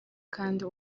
kandi